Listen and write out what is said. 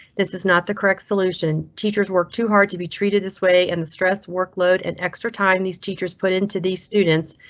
this is not the correct solution. teachers work too hard to be treated this way and the stress, workload and extra time these teachers put into these students.